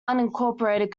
unincorporated